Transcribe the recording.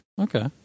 Okay